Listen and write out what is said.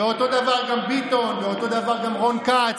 ואותו הדבר גם ביטון ואותו הדבר גם רון כץ.